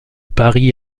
paris